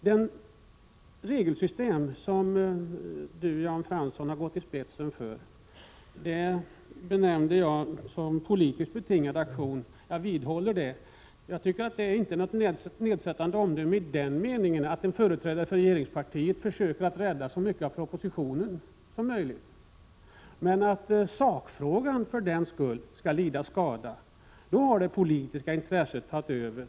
Det regelsystem som Jan Fransson gått i spetsen för har jag kallat politiskt betingat, och jag vidhåller detta. Det är inte något nedsättande omdöme, i den meningen att det här är fråga om att en företrädare för regeringspartiet försöker att rädda så mycket som möjligt av propositionen, men om sakfrågan för den skull tillåts lida skada, har det politiska intresset tagit över.